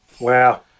Wow